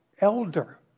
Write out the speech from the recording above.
elder